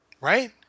Right